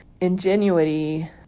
ingenuity